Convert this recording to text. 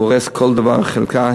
הוא הורס כל דבר, כל חלקה.